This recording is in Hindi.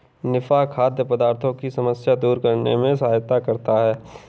निफा खाद्य पदार्थों की समस्या दूर करने में सहायता करता है